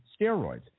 steroids